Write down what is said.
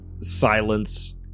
silence